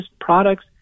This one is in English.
products